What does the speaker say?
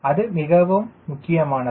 அது மிகவும் முக்கியமானது